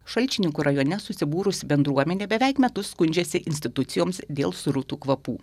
šalčininkų rajone susibūrusi bendruomenė beveik metus skundžiasi institucijoms dėl srutų kvapų